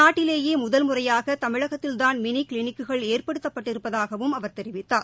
நாட்டிலேயே முதல் முறையாக தமிழகத்தில்தான் மினி கிளினிக்குகள் ஏற்படுத்தப்பட்டிருப்பதாகவும் அவர் தெரிவித்தார்